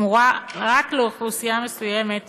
ושמורה רק לאוכלוסייה מסוימת,